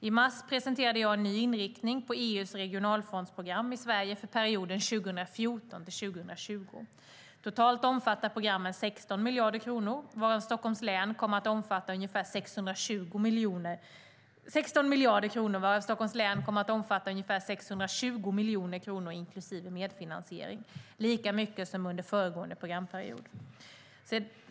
I mars presenterade jag en ny inriktning för EU:s regionalfondsprogram i Sverige för perioden 2014-2020. Totalt omfattar programmen 16 miljarder kronor, varav Stockholms län kommer att omfatta ungefär 620 miljoner kronor inklusive medfinansiering, lika mycket som under föregående programperiod.